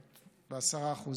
ב-10%.